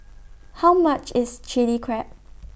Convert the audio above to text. How much IS Chilli Crab